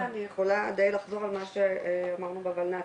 אני יכולה די לחזור על מה שאמרנו בולנת"ע.